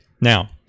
Now